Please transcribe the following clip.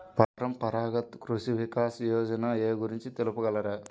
పరంపరాగత్ కృషి వికాస్ యోజన ఏ గురించి తెలుపగలరు?